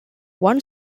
one